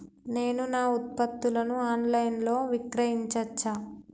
నేను నా ఉత్పత్తులను ఆన్ లైన్ లో విక్రయించచ్చా?